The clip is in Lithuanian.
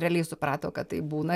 realiai suprato kad taip būna